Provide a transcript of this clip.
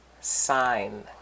Sign